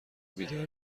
بیدار